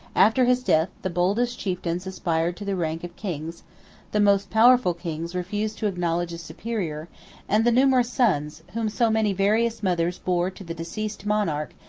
after his death, the boldest chieftains aspired to the rank of kings the most powerful kings refused to acknowledge a superior and the numerous sons, whom so many various mothers bore to the deceased monarch,